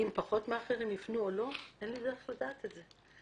אם פחות מאכערים יפנו או לא אין לי דרך לדעת את זה.